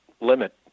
limit